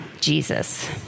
Jesus